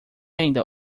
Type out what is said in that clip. ainda